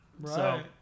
Right